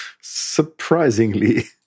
Surprisingly